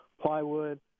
plywood